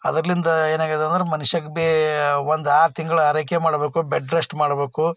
ಅದ್ರಲ್ಲಿಂದ ಎನಾಗಿದೆಂದ್ರೆ ಮನುಷ್ಯಗೆ ಭೀ ಒಂದು ಆರು ತಿಂಗ್ಳು ಆರೈಕೆ ಮಾಡಬೇಕು ಬೆಡ್ ರೆಶ್ಟ್ ಮಾಡಬೇಕು